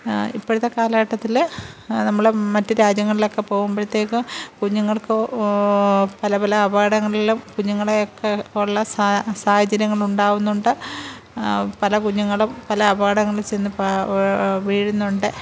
ഇപ്പോഴത്തെ കാലഘട്ടത്തിൽ നമ്മൾ മറ്റു രാജ്യങ്ങളിലൊക്കെ പോകുമ്പോഴത്തേയ്ക്ക് കുഞ്ഞുങ്ങള്ക്ക് പല പല അപകടങ്ങളിലും കുഞ്ഞുങ്ങളെയൊക്കെ ഉള്ള സാഹചര്യങ്ങൾ ഉണ്ടാവുന്നുണ്ട് പല കുഞ്ഞുങ്ങളും പല അപകടങ്ങളില് ചെന്നു വീഴുന്നുണ്ട്